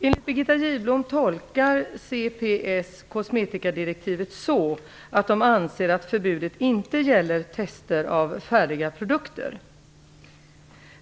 Enligt Birgitta Gidblom tolkar CPS kosmetikadirektivet så att man anser att förbudet inte gäller test av färdiga produkter.